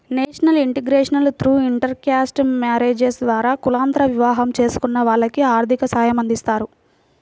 national integration through intercaste marriages ద్వారా కులాంతర వివాహం చేసుకున్న వాళ్లకి ఆర్థిక సాయమందిస్తారు